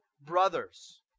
brothers